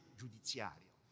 giudiziario